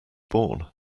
born